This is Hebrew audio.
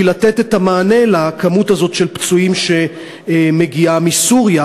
בשביל לתת את המענה לכמות הזאת של פצועים שמגיעה מסוריה.